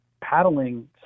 paddling